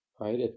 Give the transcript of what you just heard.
right